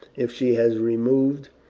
if she has removed,